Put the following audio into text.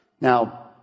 Now